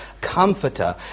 comforter